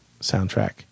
soundtrack